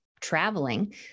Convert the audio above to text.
traveling